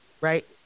right